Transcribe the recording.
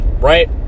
Right